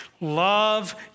Love